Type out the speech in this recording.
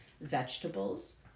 vegetables